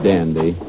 Dandy